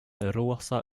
rosa